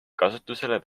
kasutusele